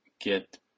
get